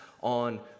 on